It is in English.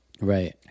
Right